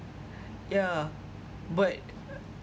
yeah but